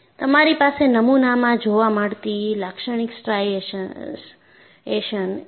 તમારી પાસે નમુનામાં જોવા મળતી લાક્ષણિક સ્ટ્રાઇશન્સ છે